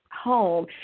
home